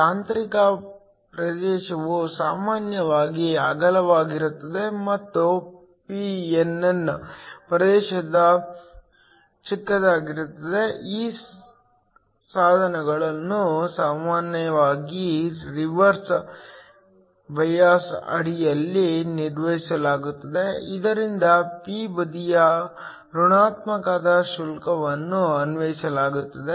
ಆಂತರಿಕ ಪ್ರದೇಶವು ಸಾಮಾನ್ಯವಾಗಿ ಅಗಲವಾಗಿರುತ್ತದೆ ಮತ್ತು pnn ಪ್ರದೇಶಗಳು ಚಿಕ್ಕದಾಗಿರುತ್ತವೆ ಈ ಸಾಧನಗಳನ್ನು ಸಾಮಾನ್ಯವಾಗಿ ರಿವರ್ಸ್ ಬಯಾಸ್ ಅಡಿಯಲ್ಲಿ ನಿರ್ವಹಿಸಲಾಗುತ್ತದೆ ಇದರಿಂದ p ಬದಿಗೆ ಋಣಾತ್ಮಕ ಶುಲ್ಕವನ್ನು ಅನ್ವಯಿಸಲಾಗುತ್ತದೆ